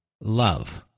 love